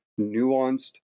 nuanced